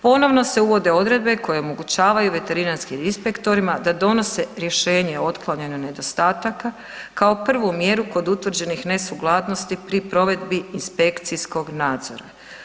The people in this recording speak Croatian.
Ponovno se uvode odredbe koje omogućavaju veterinarskim inspektorima da donose rješenje o otklanjanju nedostataka, kao prvu mjeru kod utvrđenih nesukladnosti pri provedbi inspekcijskog nadzora.